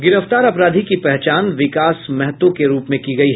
गिरफ्तार अपराधी की पहचान विकास महतो के रूप में की गयी